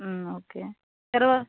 okay తరువా